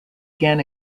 again